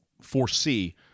foresee